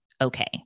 okay